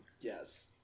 Yes